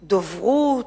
דוברות,